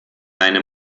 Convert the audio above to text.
einem